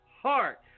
heart